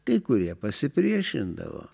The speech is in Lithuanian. kai kurie pasipriešindavo